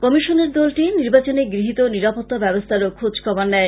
কমিশনের দলটি নির্বাচনে গৃহীত নিরাপত্তা ব্যবস্থারও খোজ খবর নেয়